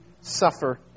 suffer